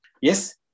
Yes